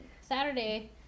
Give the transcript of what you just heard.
Saturday